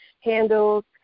handles